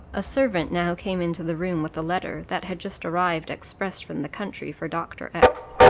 a servant now came into the room with a letter, that had just arrived express from the country for dr. x.